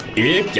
a